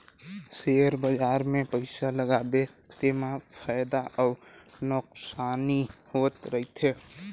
share बजार मे पइसा लगाबे तेमा फएदा अउ नोसकानी होत रहथे